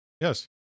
Yes